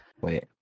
Wait